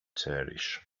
cherish